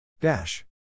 Dash